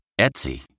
Etsy